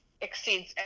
exceeds